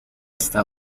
hasta